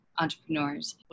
entrepreneurs